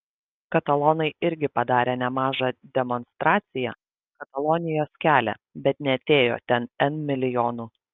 katalonai irgi padarė nemažą demonstraciją katalonijos kelią bet neatėjo ten n milijonų